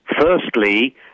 firstly